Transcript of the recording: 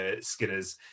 Skinner's